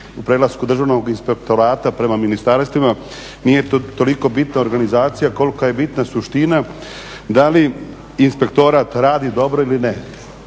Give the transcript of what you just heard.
u prelasku Državnog inspektorata prema ministarstvima nije toliko bitna organizacija koliko je bitna suština da li inspektorat radi dobro ili ne.